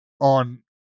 on